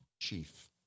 Chief